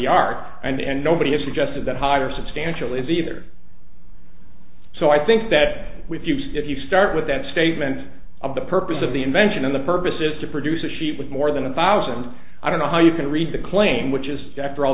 art and nobody has suggested that higher substantially is either so i think that with you if you start with that statement of the purpose of the invention and the purpose is to produce a sheet with more than a thousand i don't know how you can read the claim which is after all